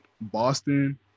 Boston